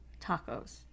tacos